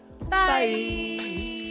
Bye